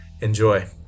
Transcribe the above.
Enjoy